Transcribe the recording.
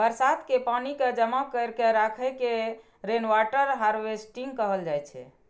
बरसात के पानि कें जमा कैर के राखै के रेनवाटर हार्वेस्टिंग कहल जाइ छै